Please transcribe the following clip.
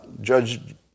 Judge